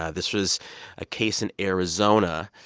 ah this was a case in arizona.